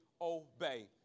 obey